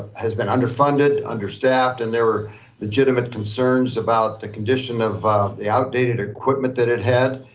has been underfunded, understaffed, and there were legitimate concerns about the condition of the outdated equipment that it had.